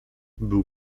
był